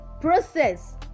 process